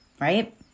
right